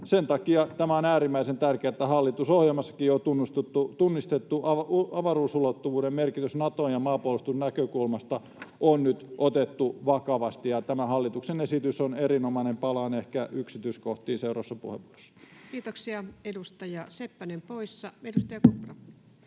Sen takia on äärimmäisen tärkeää, että hallitusohjelmassakin on tunnistettu avaruusulottuvuuden merkitys Naton ja maanpuolustuksen näkökulmasta — se on nyt otettu vakavasti. Tämä hallituksen esitys on erinomainen. Palaan ehkä yksityiskohtiin seuraavassa puheenvuorossa. Kiitoksia. — Edustaja Seppänen poissa. — Edustaja Kopra.